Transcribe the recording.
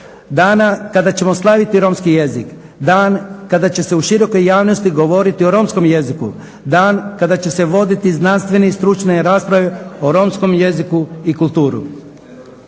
dana kada ćemo slaviti romski jezik, dana kada će se u širokoj javnosti govoriti o romskom jeziku, dan kada će se voditi znanstvene i stručne rasprave o romskom jeziku i kulturi.